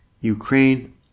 Ukraine